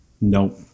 Nope